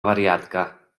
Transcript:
wariatka